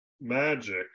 Magic